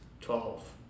twelve